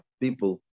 people